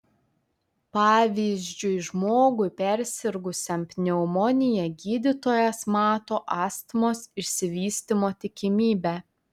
pavyzdžiui žmogui persirgusiam pneumonija gydytojas mato astmos išsivystymo tikimybę